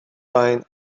down